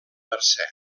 mercè